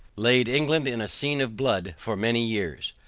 laid england in a scene of blood for many years.